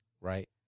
right